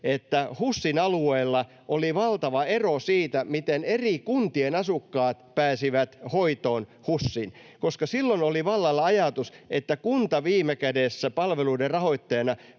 että HUSin alueella oli valtava ero siinä, miten eri kuntien asukkaat pääsivät hoitoon HUSiin, koska silloin oli vallalla ajatus, että kunta viime kädessä palveluiden rahoittajana